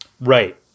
right